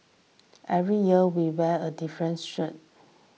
every year we wear a different shirt